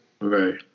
Right